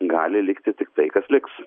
gali likti tik tai kas liks